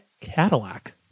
Cadillac